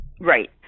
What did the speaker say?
Right